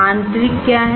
आंतरिक क्या है